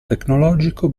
tecnologico